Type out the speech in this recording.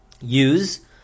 use